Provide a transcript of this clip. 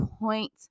point